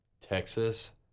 Texas